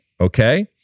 Okay